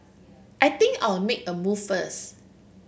I think I'll make a move first